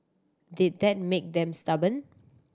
did that make them stubborn